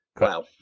Wow